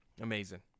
Amazing